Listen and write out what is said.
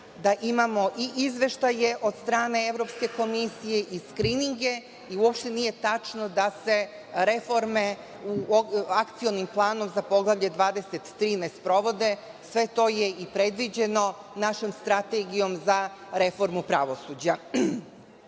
da imamo i izveštaje od strane Evropske komisije i skrininge i uopšte nije tačno da se reforme Akcionim planom za Poglavlje 23 ne sprovode. Sve to je i predviđeno našom strategijom za reformu pravosuđa. Takođe